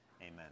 Amen